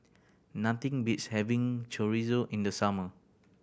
nothing beats having Chorizo in the summer